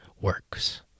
works